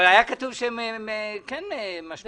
אבל היה כתוב שהם כן משפיעים.